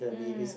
mm